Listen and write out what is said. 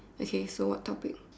okay so what topic